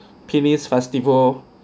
penis festival